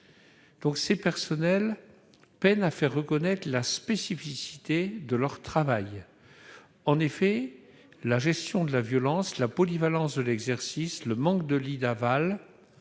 que physique, peinent à faire reconnaître la spécificité de leur travail. La gestion de la violence, la polyvalence de l'exercice, le manque de lits d'aval,